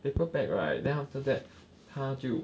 paper bag right then after that 他就